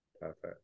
perfect